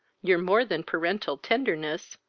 your more than parental tenderness,